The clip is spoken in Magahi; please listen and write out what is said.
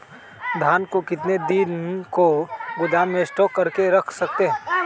धान को कितने दिन को गोदाम में स्टॉक करके रख सकते हैँ?